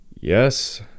Yes